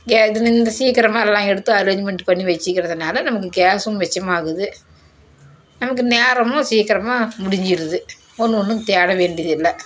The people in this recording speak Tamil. ஏ இது இ இந்த சீக்கிரமா எல்லாம் எடுத்து அரேஞ்மெண்ட் பண்ணி வெச்சுக்கிறதுனால நமக்கு கேஸும் மிச்சமாகுது நமக்கு நேரமும் சீக்கிரமா முடிஞ்சுருது ஒன்றும் ஒன்றும் தேட வேண்டியதில்லை